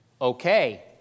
okay